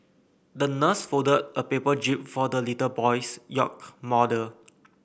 the nurse folded a paper jib for the little boy's yacht model